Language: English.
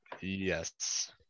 Yes